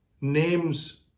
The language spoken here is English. names